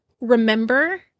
remember